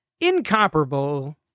incomparable